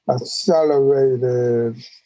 accelerated